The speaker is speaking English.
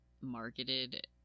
marketed